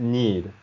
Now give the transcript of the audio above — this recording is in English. need